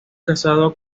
casado